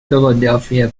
philadelphia